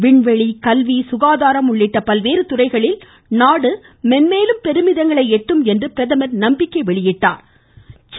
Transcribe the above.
விண்வெளி கல்வி சுகாதாரம் உள்ளிட்ட பல்வேறு துறைகளில் நாடு மென்மேலும் பெருமிதங்களை எட்டும் என்றும் நம்பிக்கை தெரிவித்தார்